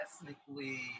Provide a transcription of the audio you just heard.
ethnically